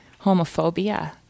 homophobia